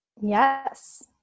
Yes